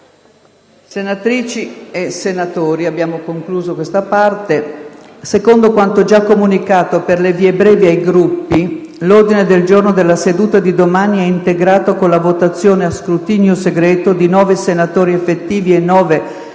Senatrici e senatori, secondo quanto già comunicato per le vie brevi ai Gruppi, l'ordine del giorno della seduta di domani è integrato con la votazione a scrutinio segreto di nove senatori effettivi e nove